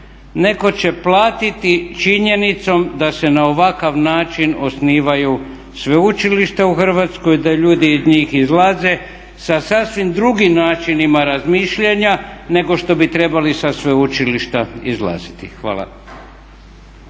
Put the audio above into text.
Netko će platiti činjenicom da se na ovakav način osnivaju sveučilište u Hrvatskoj, da ljudi iz njih izlaze sa sasvim drugim načinima razmišljanja nego što bi trebali sa sveučilišta izlaziti. Hvala.